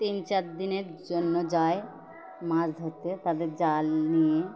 তিন চার দিনের জন্য যায় মাছ ধরতে তাদের জাল নিয়ে